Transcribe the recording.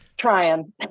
trying